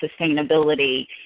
sustainability